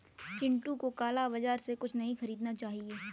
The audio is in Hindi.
चिंटू को काला बाजार से कुछ नहीं खरीदना चाहिए